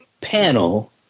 panel